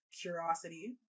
curiosity